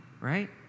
right